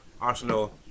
Arsenal